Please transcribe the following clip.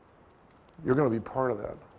you're going to be part of that.